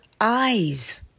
eyes